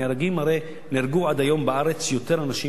הרי עד היום נהרגו בארץ יותר אנשים